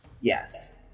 Yes